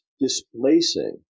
displacing